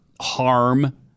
harm